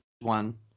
one